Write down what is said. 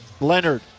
Leonard